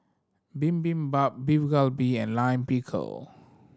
Bibimbap Beef Galbi and Lime Pickle